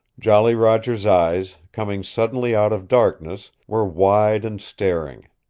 jolly roger's eyes, coming suddenly out of darkness, were wide and staring.